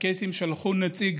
הקייסים שלחו נציג